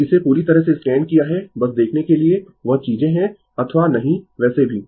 तो इसे पूरी तरह से स्कैन किया है बस देखने के लिए वह चीजें है अथवा नहीं वैसे भी